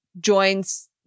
joins